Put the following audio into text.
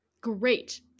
great